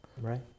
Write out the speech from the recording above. Right